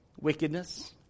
wickedness